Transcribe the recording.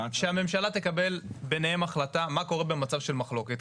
שהממשלה תקבל ביניהם החלטה מה קורה במצב של מחלוקת?